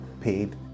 paid